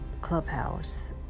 Clubhouse